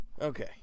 okay